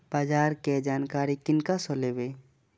बाजार कै जानकारी किनका से लेवे?